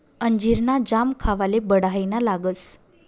अंजीर ना जाम खावाले बढाईना लागस